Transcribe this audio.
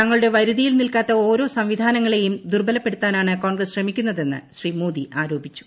തങ്ങളുടെ വരുതിയിൽ നിൽക്കാത്ത ഓരോ സംവിധാനങ്ങളെയും ദുർബലപ്പെടുത്താനാണ് കോൺഗ്രസ് ശ്രമിക്കുന്നതെന്ന് ശ്രീ മോദി ആരോപിച്ചു